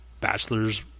bachelors